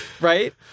right